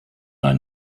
ein